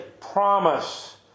promise